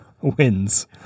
wins